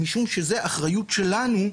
משום שזו האחריות שלנו,